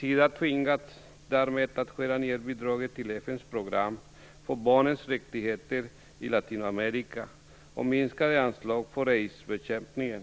Sida tvingas därmed att skära ned bidraget till FN:s program för barnens rättigheter i Latinamerika och att ge minskade anslag för aidsbekämpningen.